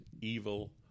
evil